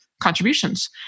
contributions